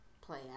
play